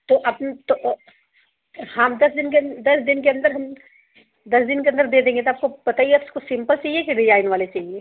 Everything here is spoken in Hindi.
तो अपन तो हाँ दस दिन के अंद दस दिन के अंदर हम दस दिन के अंदर दे देंगे तो आपको बताइये आपको सिंपल चाहिए कि डिजाइन वाली चाहिए